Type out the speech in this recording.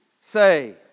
say